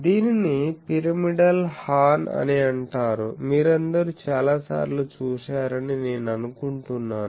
దీనిని pyramidal horn అని అంటారు మీరందరూ చాలాసార్లు చూశారని నేను అనుకుంటున్నాను